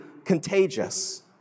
contagious